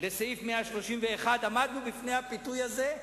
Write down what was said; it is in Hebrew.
לסעיף 131. עמדנו בפני הפיתוי הזה.